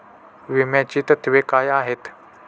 विम्याची तत्वे काय आहेत?